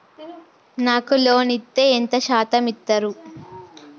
నాకు లోన్ ఇత్తే ఎంత శాతం ఇత్తరు?